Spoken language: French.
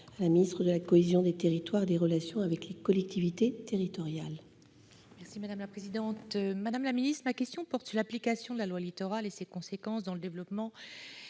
la ministre de la cohésion des territoires et des relations avec les collectivités territoriales.